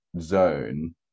zone